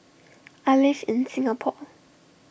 I live in Singapore